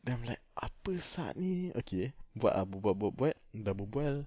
then I'm like apasal ini okay buat ah buat buat buat dah berbual